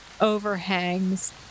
overhangs